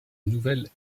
nouvelle